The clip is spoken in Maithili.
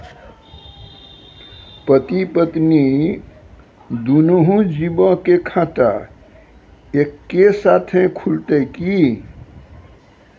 पति पत्नी दुनहु जीबो के खाता एक्के साथै खुलते की?